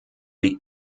the